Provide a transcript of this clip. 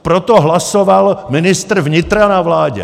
Proto hlasoval ministr vnitra na vládě.